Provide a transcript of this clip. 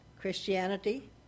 Christianity